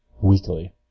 weekly